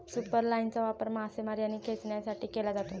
सुपरलाइनचा वापर मासेमारी आणि खेचण्यासाठी केला जातो